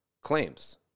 claims